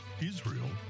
Israel